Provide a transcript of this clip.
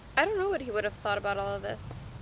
i don't know what he would've thought about all of this.